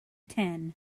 ten